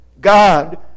God